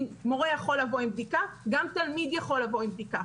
אם מורה יכול לבוא עם בדיקה גם תלמיד יכול לבוא עם בדיקה,